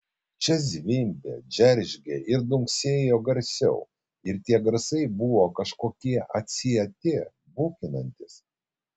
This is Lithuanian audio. čia zvimbė džeržgė ir dunksėjo garsiau ir tie garsai buvo kažkokie atsieti bukinantys